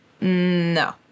no